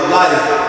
life